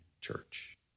church